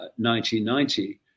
1990